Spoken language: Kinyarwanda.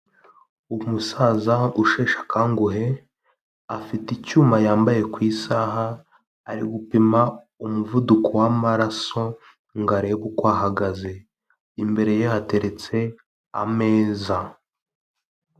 Umusaza usheshe akanguhe afite icyuma yambaye ku isaha, ari gupima umuvuduko w'amaraso ngo arebe uko ahagaze imbere ye hateretse ameza.